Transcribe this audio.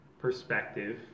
perspective